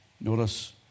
Notice